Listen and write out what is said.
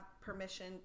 permission